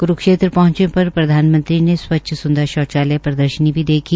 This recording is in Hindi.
कुरूक्षेत्र पहंचने पर प्रधानमंत्री ने स्वच्छ सुंदर शौचालय प्रदर्शनी भी देखी